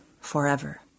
forever